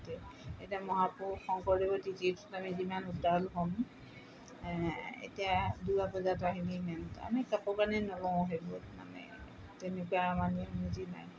এতিয়া মহাপুৰুষ শংকৰদেৱৰ তিথিত আমি যিমান উত্ৰাৱল হ'ম এতিয়া দুৰ্গা পূজাটো আহিলে ইমান এটা আমি কাপোৰ কানি নলওঁ সেইবোৰত মানে তেনেকুৱা আমি